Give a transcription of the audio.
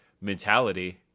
mentality